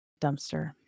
dumpster